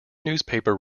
newspaper